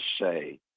say